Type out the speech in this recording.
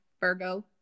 Virgo